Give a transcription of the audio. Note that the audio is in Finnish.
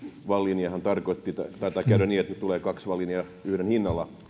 wallinia hän tarkoitti taitaa käydä niin että tulee ikään kuin kaksi wallinia yhden hinnalla